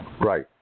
Right